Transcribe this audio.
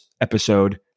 episode